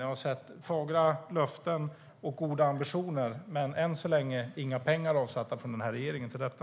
Jag har sett fagra löften och goda ambitioner, men än så länge har regeringen inte avsatt några pengar till detta.